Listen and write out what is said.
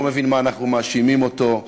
לא מבין מה אנחנו מאשימים אותו.